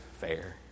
fair